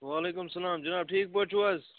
وعلیکُم سلام جِناب ٹھیٖک پٲٹھۍ چھُو حظ